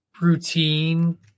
routine